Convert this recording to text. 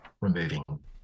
removing